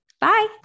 Bye